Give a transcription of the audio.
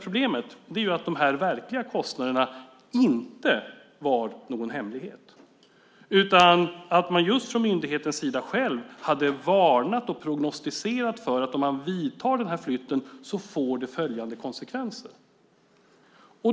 Problemet är att de verkliga kostnaderna inte var någon hemlighet. Från myndighetens sida hade man själv varnat och prognostiserat för att om man genomför flytten får det följande konsekvenser.